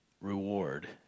reward